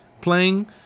playing